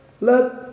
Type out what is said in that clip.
let